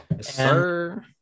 Sir